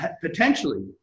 potentially